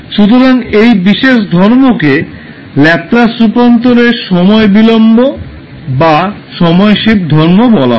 সুতরাং এই বিশেষ ধর্মকে ল্যাপলাস রূপান্তর এর সময় বিলম্ব বা সময় শিফট ধর্ম বলা হয়